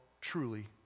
truly